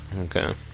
Okay